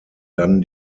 dann